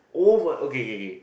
oh my okay okay okay